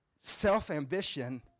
self-ambition